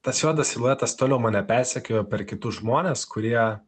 tas juodas siluetas toliau mane persekiojo per kitus žmones kurie